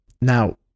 now